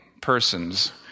person's